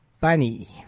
bunny